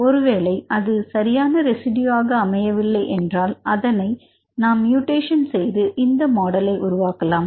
ஒருவேளை அது சரியான ரெசிடியூஆக அமையவில்லை என்றால் நாம் அதை மியூட்டேஷன் செய்து இந்த மாடலை உருவாக்கலாம்